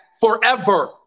forever